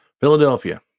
Philadelphia